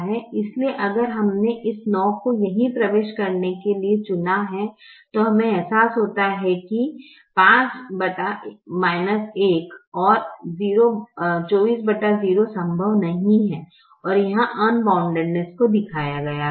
इसलिए अगर हमने इस 9 को यहीं प्रवेश करने के लिए चुना है तो हमें एहसास होता है कि 5 1 और 240 संभव नहीं है और यहां अनबाउंडनेस को दिखाया गया है